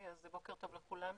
בוקר טוב לכולם.